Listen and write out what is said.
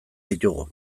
ditugu